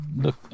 look